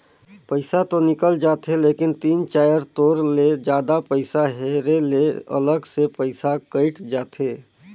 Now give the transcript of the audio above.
पइसा तो निकल जाथे लेकिन तीन चाएर तोर ले जादा पइसा हेरे ले अलग से पइसा कइट जाथे